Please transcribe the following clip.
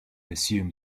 assume